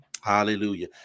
Hallelujah